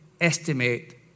estimate